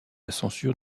censure